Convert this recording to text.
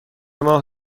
ماه